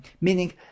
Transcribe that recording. Meaning